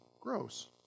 gross